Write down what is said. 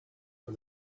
for